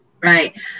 Right